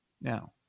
now